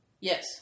Yes